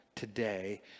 today